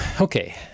Okay